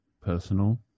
personal